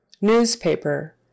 Newspaper